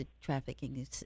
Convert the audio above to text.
trafficking